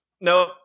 no